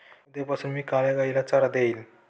उद्यापासून मी काळ्या गाईला चारा देईन